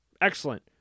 excellent